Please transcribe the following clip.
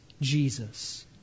Jesus